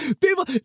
People